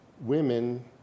Women